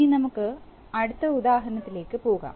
ഇനി നമുക്ക് അടുത്ത ഉദാഹരണത്തിലേക്ക് പോകാം